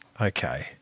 okay